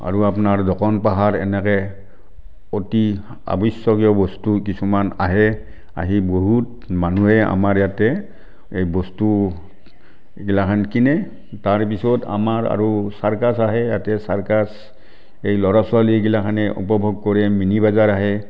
আৰু আপোনাৰ দোকান পোহাৰ এনেকৈ অতি আৱশ্যকীয় বস্তু কিছুমান আহে আহি বহুত মানুহে আমাৰ ইয়াতে বস্তু এইগিলাখান কিনে তাৰপিছত আমাৰ আৰু চাৰ্কাছ আহে ইয়াতে চাৰ্কাছ এই ল'ৰা ছোৱাগিলাখনে উপভোগ কৰি মিনি বাজাৰ আহে